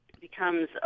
becomes